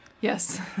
Yes